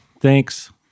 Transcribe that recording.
thanks